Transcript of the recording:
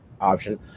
option